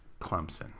Clemson